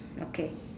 okay